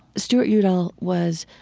stuart udall was,